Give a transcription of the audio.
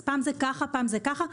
פעם זה כך ופעם זה כך?